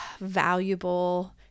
valuable